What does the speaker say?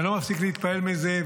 ואני לא מפסיק להתפעל מזה,